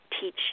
teach